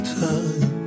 time